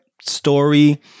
story